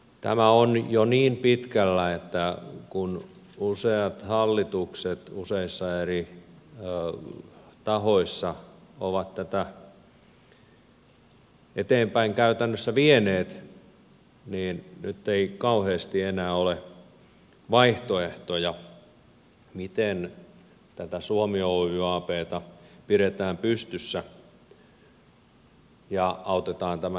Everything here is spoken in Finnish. tämä on jo niin pitkällä että kun useat hallitukset useissa eri tahoissa ovat tätä eteenpäin käytännössä vieneet niin nyt ei kauheasti enää ole vaihtoehtoja miten tätä suomi oy abta pidetään pystyssä ja autetaan tämän laman yli